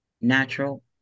natural